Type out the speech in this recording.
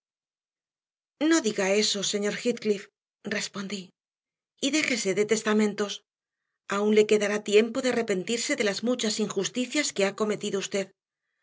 no diga eso señor heathcliff respondí y déjese de testamentos aún le quedará tiempo de arrepentirse de las muchas injusticias que ha cometido usted